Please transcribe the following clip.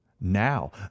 now